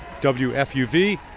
WFUV